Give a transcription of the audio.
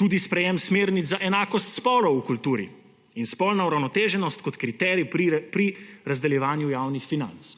tudi sprejetje smernic za enakost spolov v kulturi in spolna uravnoteženost kot kriterij pri razdeljevanju javnih financ;